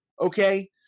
okay